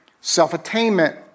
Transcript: Self-attainment